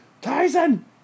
Tyson